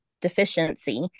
deficiency